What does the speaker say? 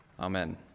Amen